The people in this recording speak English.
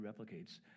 replicates